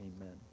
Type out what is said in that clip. Amen